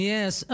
Yes